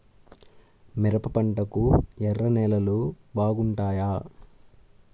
మిరప పంటకు ఎర్ర నేలలు బాగుంటాయా?